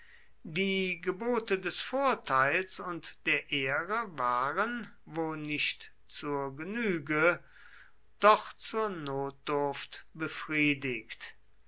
die gebote des vorteils und der ehre waren wo nicht zur genüge doch zur notdurft befriedigt